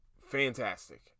fantastic